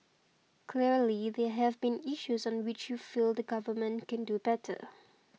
clearly there have been issues on which you feel the Government can do better